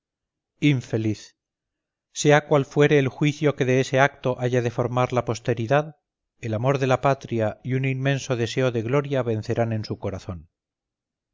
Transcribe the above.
infeliz sea cual fuere el juicio que de ese acto haya de formar la posteridad el amor de la patria y un inmenso deseo de gloria vencerán en su corazón